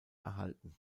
erhalten